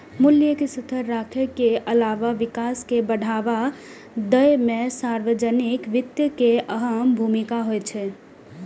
मूल्य कें स्थिर राखै के अलावा विकास कें बढ़ावा दै मे सार्वजनिक वित्त के अहम भूमिका होइ छै